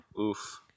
Oof